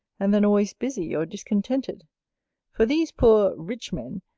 and then always busy or discontented for these poor rich-men,